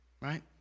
Right